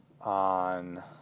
on